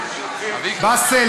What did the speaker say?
באסל,